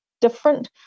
different